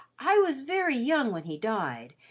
i was very young when he died,